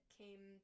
came